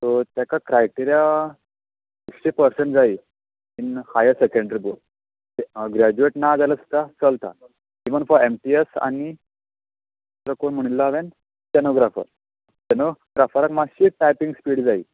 so तेका criteria sixty percent जाय in higher secondary be graduate ना जाल्यार सुद्दा चलता even for M T S आनी दुसरें कोण म्हणले हांवें स्टॉनोग्राफर स्टॉनोग्राराक मात्शी टायपींग स्पिड जाय